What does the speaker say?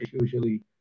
usually